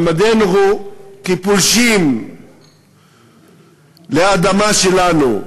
מעמדנו הוא כפולשים לאדמה שלנו,